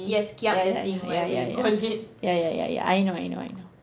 ya ya ya ya ya ya ya ya ya ya I know I know I know